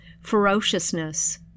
ferociousness